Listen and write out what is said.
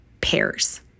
pairs